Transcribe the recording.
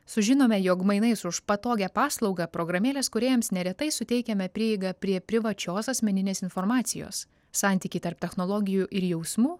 sužinome jog mainais už patogią paslaugą programėlės kūrėjams neretai suteikiame prieigą prie privačios asmeninės informacijos santykį tarp technologijų ir jausmų